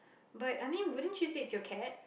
but I mean wouldn't you say it's your cat